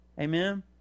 amen